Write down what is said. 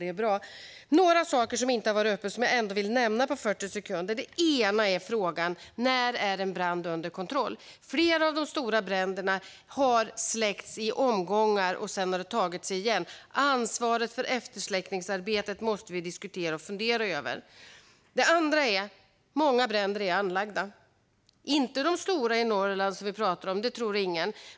Det är några saker som inte har tagits upp som jag ändå vill nämna på 40 sekunder. Den ena är frågan: När är en brand under kontroll? Flera av de stora bränderna har släckts i omgångar, och sedan har de tagit sig igen. Ansvaret för eftersläckningsarbetet måste vi diskutera och fundera över. Den andra saken är: Många bränder är anlagda - inte de stora bränderna i Norrland, det tror ingen.